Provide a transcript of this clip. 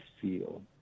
feel